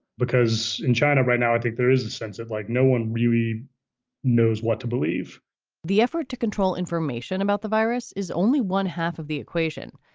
because in china right now, i think there is a sense of like no one really knows what to believe the effort to control information about the virus is only one half of the equation.